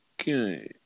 Okay